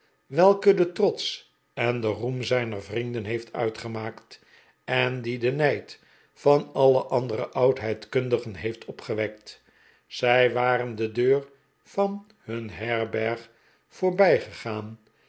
welke den trots en den roem zijnef vrienden heeft uitgemaakt en die den nijd van alle andere oudheidkundigeh heeft opgewekt zij waren de deur van hun herberg voorbijgegaan